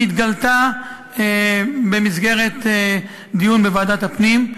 הוא התגלה במסגרת דיון בוועדת הפנים.